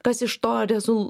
kas iš to